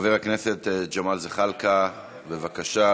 חבר הכנסת ג'מאל זחאלקה, בבקשה.